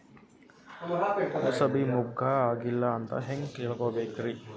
ಕೂಸಬಿ ಮುಗ್ಗ ಆಗಿಲ್ಲಾ ಅಂತ ಹೆಂಗ್ ತಿಳಕೋಬೇಕ್ರಿ?